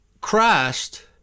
Christ